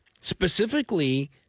specifically